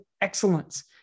excellence